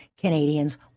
Canadians